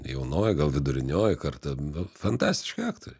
jaunoji gal vidurinioji karta fantastiški aktoriai